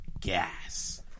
Gas